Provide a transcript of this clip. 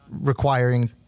requiring